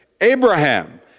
Abraham